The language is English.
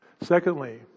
Secondly